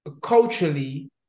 culturally